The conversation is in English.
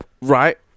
right